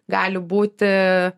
gali būti